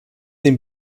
dem